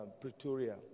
Pretoria